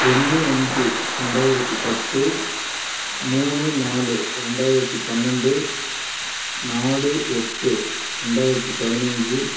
ஒன்று அஞ்சு ரெண்டாயிரத்து பத்து மூணு நாலு ரெண்டாயிரத்து பன்னெண்டு நாலு எட்டு ரெண்டாயிரத்து பதினஞ்சு